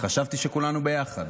שכולנו ביחד.